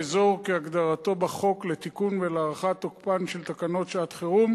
"האזור" כהגדרתו בחוק לתיקון ולהארכת תוקפן של תקנות שעת-חירום